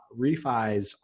refis